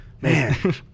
Man